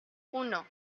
uno